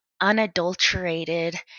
unadulterated